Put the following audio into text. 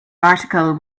article